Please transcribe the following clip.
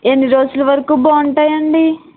ఎన్ని రోజుల వరకు బాగుంటాయి అండి